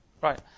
Right